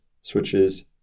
switches